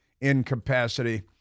incapacity